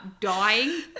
dying